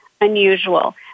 unusual